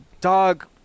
dog